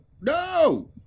no